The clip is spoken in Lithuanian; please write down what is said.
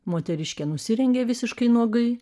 moteriškė nusirengė visiškai nuogai